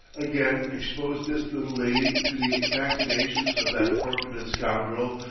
again expose this little lady to the machinations of that corpulent scoundrel,